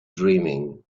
dreaming